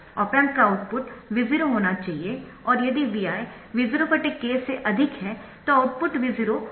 op amp का output V0 होना चाहिए और यदि Vi V0 k से अधिक है तो आउटपुट V0 पॉजिटिव की ओर बढना चाहिए